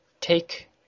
take